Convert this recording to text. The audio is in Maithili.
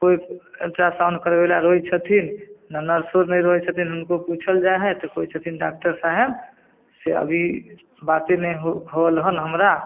कोइ अल्ट्रासाउण्ड करबैलए रहै छथिन नर्सो नहि रहै छथिन हुनको पूछल जाइ हइ तऽ कहै छथिन डॉक्टर साहब से अभी बाते नहि होअल हन हमरा